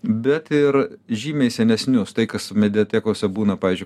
bet ir žymiai senesnius tai kas mediatekose būna pavyzdžiui